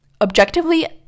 objectively